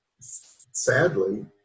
Sadly